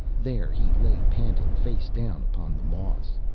there he lay panting, face down upon the moss.